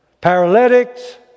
paralytics